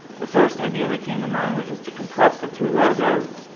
the first idea that came to mind was just to compress the two logos.